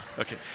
Okay